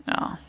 No